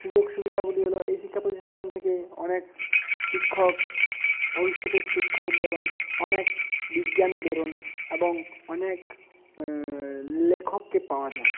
সুযোগ সুবিধাগুলি হলো এই শিক্ষা প্রতিষ্ঠান থেকে অনেক শিক্ষক ভবিষ্যতের শিক্ষক বেরোন অনেক বিজ্ঞানী বেরোন এবং অনেক লেখককে পাওয়া যায়